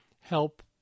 help